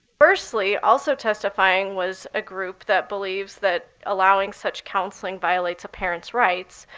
firstly, also testifying was a group that believes that allowing such counseling violates a parent's rights.